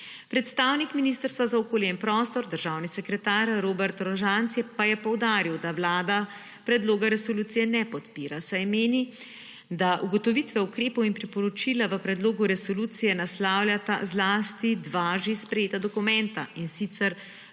Predstavnik Ministrstva za okolje in prostor, državni sekretar Robert Rožanc pa je poudaril, da vlada predloga resolucije ne podpira, saj meni, da ugotovitve ukrepov in priporočila v predlogu resolucije naslavljata zlasti dva že sprejeta dokumenta, in sicer